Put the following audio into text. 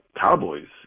Cowboys